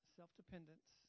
self-dependence